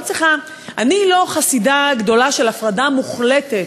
אני לא חסידה גדולה של הפרדה מוחלטת